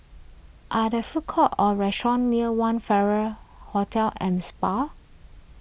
are there food courts or restaurants near one Farrer Hotel and Spa